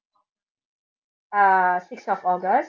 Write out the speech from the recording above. uh sixth of august